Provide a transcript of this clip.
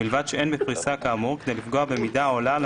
ובלבד שאין בפריסה כאמור כדי לפגוע במידה העולה על